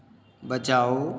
बचाओ